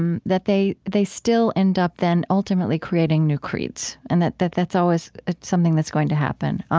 um that they they still end up then ultimately creating new creeds, and that that that's always something that's going to happen. i